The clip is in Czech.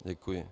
Děkuji.